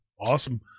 Awesome